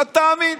לא תאמין: